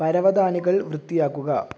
പരവതാനികൾ വൃത്തിയാക്കുക